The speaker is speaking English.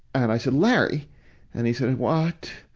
and i said, larry and he said, and what?